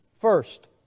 first